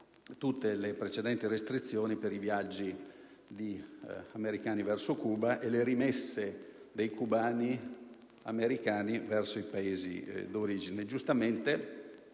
tutte le precedenti restrizioni per i viaggi americani verso Cuba e le rimesse dei cubani americani verso il Paese d'origine.